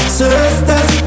sisters